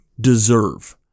deserve